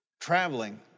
traveling